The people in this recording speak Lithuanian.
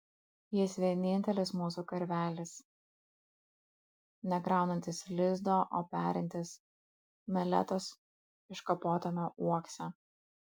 jis vienintelis mūsų karvelis nekraunantis lizdo o perintis meletos iškapotame uokse